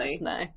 no